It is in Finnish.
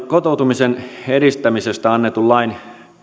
kotoutumisen edistämisestä annetun lain